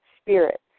spirit